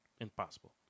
Impossible